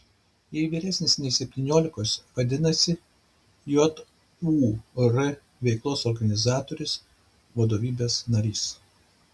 jei vyresnis nei septyniolikos vadinasi jūr veiklos organizatorius vadovybės narys